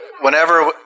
whenever